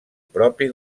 propi